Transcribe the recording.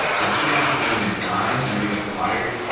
but if indie hackers never made a dime, never got acquired,